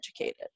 educated